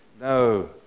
no